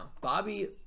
Bobby